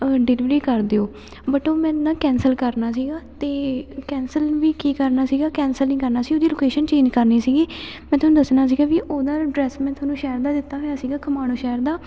delivery ਕਰ ਦਿਓ but ਉਹ ਮੈਨੂੰ ਨਾ ਕੈਂਸਲ ਕਰਨਾ ਸੀਗਾ ਅਤੇ ਕੈਂਸਲ ਵੀ ਕੀ ਕਰਨਾ ਸੀਗਾ ਕੈਂਸਲ ਨਹੀਂ ਕਰਨਾ ਸੀ ਉਹਦੀ ਲੋਕੇਸ਼ਨ ਚੇਂਜ ਕਰਨੀ ਸੀਗੀ ਮੈਂ ਤੁਹਾਨੂੰ ਦੱਸਣਾ ਸੀਗਾ ਵੀ ਉਹਦਾ ਅਡਰੈੱਸ ਮੈਂ ਤੁਹਾਨੂੰ ਸ਼ਹਿਰ ਦਾ ਦਿੱਤਾ ਹੋਇਆ ਸੀਗਾ ਖਮਾਣੋ ਸ਼ਹਿਰ ਦਾ